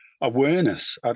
awareness